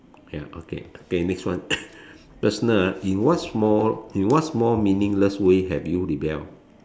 okay okay okay next one personal ah in what small in what small meaningless way have you rebelled